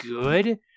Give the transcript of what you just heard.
good